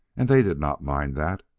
and they did not mind that.